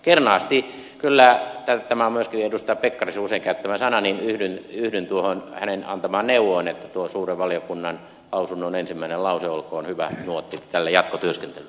kernaasti kyllä tämä on myöskin edustaja pekkarisen usein käyttämä sana yhdyn tuohon hänen antamaansa neuvoon että suuren valiokunnan lausunnon ensimmäinen lause olkoon hyvä nuotti tälle jatkotyöskentelylle